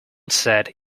said